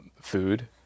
food